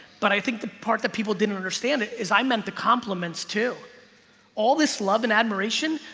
but i think the part that people didn't understand it is i meant the compliments to all this love and admiration.